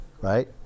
right